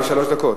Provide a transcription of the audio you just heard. כשלוש דקות.